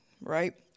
right